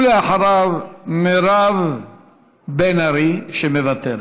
ואחריו, מירב בן ארי מוותרת,